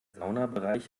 saunabereich